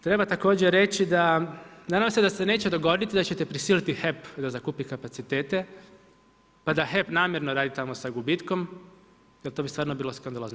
Treba također reći da nadam se da se neće dogoditi da ćete prisiliti HEP da zakupi kapacitete, pa da HEP namjerno radi tamo sa gubitkom jer to bi stvarno bilo skandalozno.